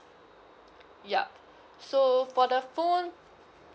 yup so for the phone